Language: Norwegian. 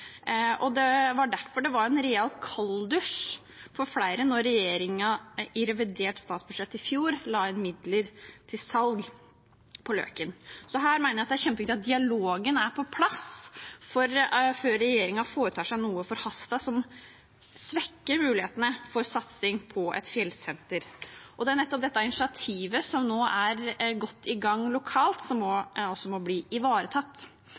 Det var derfor det var en real kalddusj for flere da regjeringen i revidert nasjonalbudsjett i fjor la inn midler til salg på Løken. Jeg mener det er kjempeviktig at dialogen er på plass før regjeringen foretar seg noe som er forhastet, og som svekker mulighetene for en satsing på et fjellsenter. Det er dette initiativet, som nå er godt i gang lokalt, som må bli ivaretatt.